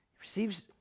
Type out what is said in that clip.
receives